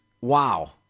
wow